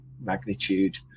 magnitude